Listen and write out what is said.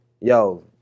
yo